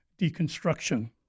deconstruction